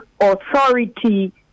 authority